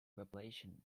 population